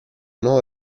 nuova